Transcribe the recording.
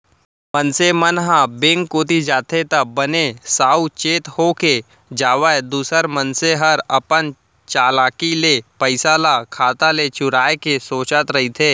मनसे मन ह बेंक कोती जाथे त बने साउ चेत होके जावय दूसर मनसे हर अपन चलाकी ले पइसा ल खाता ले चुराय के सोचत रहिथे